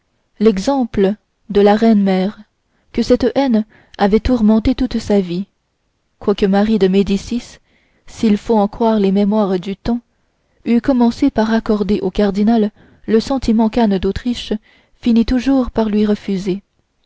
l'exemple de la reine mère que cette haine avait tourmentée toute sa vie quoique marie de médicis s'il faut en croire les mémoires du temps eût commencé par accorder au cardinal le sentiment qu'anne d'autriche finit toujours par lui refuser